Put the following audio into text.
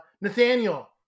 Nathaniel